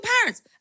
parents